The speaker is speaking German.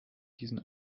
diesen